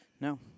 No